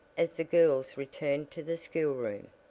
as the girls returned to the school room.